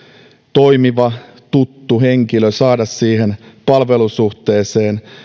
toimiva tuttu henkilö siihen palvelusuhteeseen